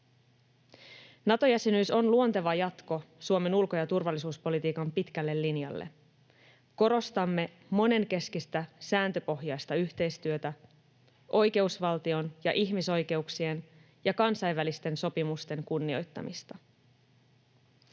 Nato-jäsenyys on luonteva jatko Suomen ulko- ja turvallisuuspolitiikan pitkälle linjalle. Korostamme monenkeskistä sääntöpohjaista yhteistyötä, oikeusvaltion ja ihmisoikeuksien ja kansainvälisten sopimusten kunnioittamista.